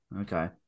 Okay